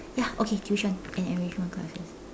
ya okay tuition and enrichment classes